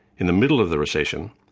in the middle of the recession,